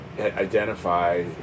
identify